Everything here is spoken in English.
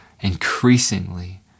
increasingly